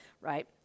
right